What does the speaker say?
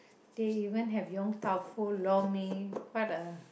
they even have Yong-Tau-Foo and lor-mee